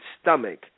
stomach